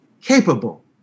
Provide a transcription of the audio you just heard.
capable